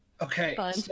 okay